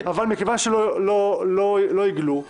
אבל מכיוון שלא עיגלו,